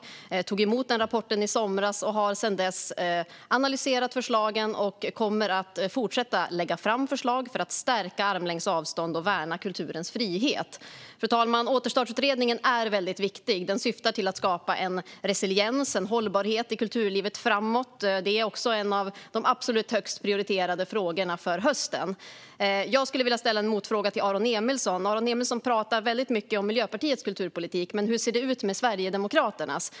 Jag tog emot deras rapport i somras och har sedan dess analyserat förslagen och kommer att fortsätta att lägga fram förslag för att stärka armlängds avstånd och värna kulturens frihet. Fru talman! Återstartsutredningen är väldigt viktig och syftar till att skapa en resiliens och en hållbarhet i kulturlivet framöver. Detta är också en av de absolut högst prioriterade frågorna för hösten. Jag skulle vilja ställa en motfråga till Aron Emilsson. Aron Emilsson pratar väldigt mycket om Miljöpartiets kulturpolitik, men hur ser det ut med Sverigedemokraternas?